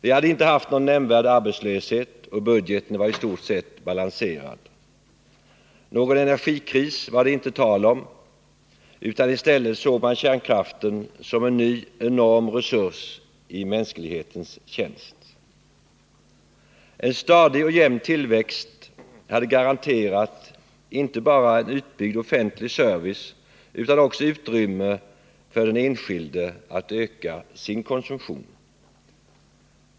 Vi hade inte haft någon nämnvärd arbetslöshet, och budgeten var i stort sett balanserad. Någon energikris var det inte tal om, utan i stället såg man kärnkraften som en ny enorm resurs i mänsklighetens tjänst. En stadig och jämn tillväxt hade garanterat inte bara en utbyggd offentlig service utan också utrymme för den enskilde att öka sin konsumtion.